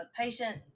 patient